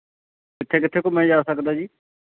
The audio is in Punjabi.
ਕਿੱਥੇ ਕਿੱਥੇ ਘੁੰਮਿਆ ਜਾ ਸਕਦਾ ਜੀ